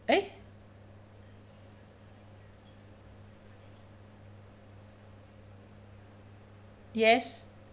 eh yes